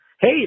hey